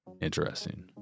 interesting